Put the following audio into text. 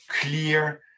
clear